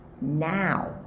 now